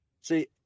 see